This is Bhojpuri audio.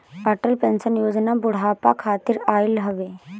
अटल पेंशन योजना बुढ़ापा खातिर आईल हवे